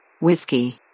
Whiskey